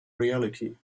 reality